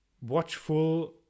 watchful